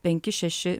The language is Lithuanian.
penki šeši